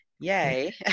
Yay